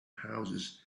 houses